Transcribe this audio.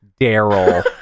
Daryl